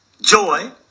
joy